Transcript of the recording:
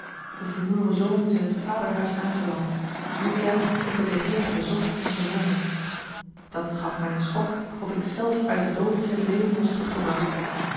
de verloren zoon is in t vaderhuis aangeland juliaan is door den heer gezocht en gevonden dat gaf mij een schok of ik zelf uit den dood in het leven was teruggebracht